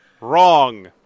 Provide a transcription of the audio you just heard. Wrong